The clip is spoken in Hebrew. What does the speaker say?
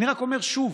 אני רק אומר שוב,